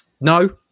No